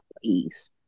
please